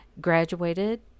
graduated